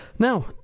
Now